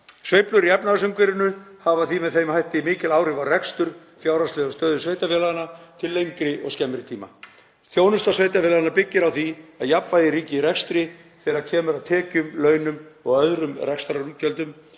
Sveiflur í efnahagsumhverfinu hafa með þeim hætti mikil áhrif á rekstur og fjárhagslega stöðu sveitarfélaganna til lengri og skemmri tíma. Þjónusta sveitarfélaganna byggir á því að jafnvægi ríki í rekstri þegar kemur að tekjum, launum og öðrum rekstrarútgjöldum,